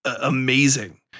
amazing